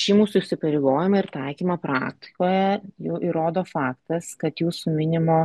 šį mūsų įsipareigojimą ir taikymą praktikoje jau įrodo faktas kad jūsų minimo